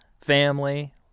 family